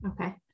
Okay